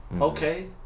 Okay